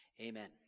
Amen